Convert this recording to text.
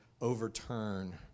overturn